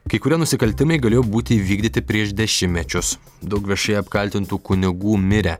kai kurie nusikaltimai galėjo būti įvykdyti prieš dešimtmečius daug viešai apkaltintų kunigų mirė